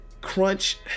crunch